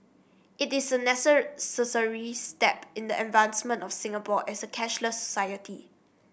it is a step in the advancement of Singapore as a cashless society